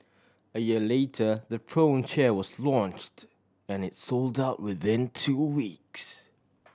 a year later the Throne chair was launched and it sold out within two weeks